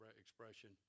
expression